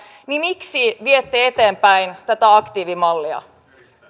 niin miksi viette eteenpäin tätä aktiivimallia